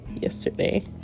yesterday